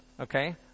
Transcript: okay